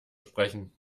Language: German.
sprechen